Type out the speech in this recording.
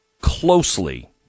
closely